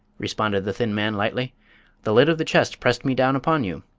responded the thin man, lightly the lid of the chest pressed me down upon you.